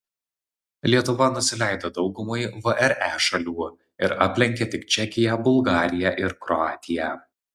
lietuva nusileido daugumai vre šalių ir aplenkė tik čekiją bulgariją ir kroatiją